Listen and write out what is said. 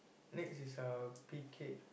next is uh pique